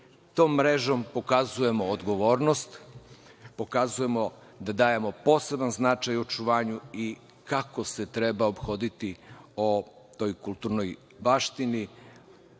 Tom mrežom pokazujemo odgovornost, pokazujemo da dajemo poseban značaj u očuvanju i kako se treba ophoditi o toj kulturnoj baštini,